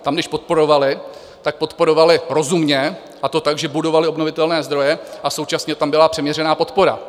Tam když podporovali, tak podporovali rozumně, a to tak, že budovali obnovitelné zdroje a současně tam byla přiměřená podpora.